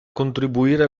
contribuire